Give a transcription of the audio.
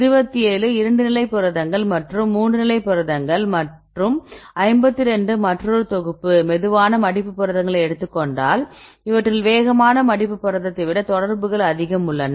27 2 நிலை புரதங்கள் மற்றும் 3 நிலை புரதங்கள் மற்றும் 52 மற்றொரு தொகுப்பு மெதுவான மடிப்பு புரதங்களை எடுத்துக்கொண்டால் இவற்றில் வேகமான மடிப்பு புரதத்தை விட தொடர்புகள் அதிகம் உள்ளன